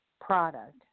product